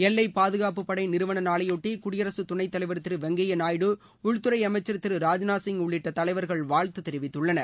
எல்லைப் பாதுகாப்புப் படை நிறுவன நாளையொட்டி குடியரசுத் துணைத் தலைவர் திரு வெங்கையா நாயுடு உள்துறை அமைச்சர் திரு ராஜ்நாத் சிங் உள்ளிட்ட தலைவர்கள் வாழ்த்து தெரிவித்துள்ளனர்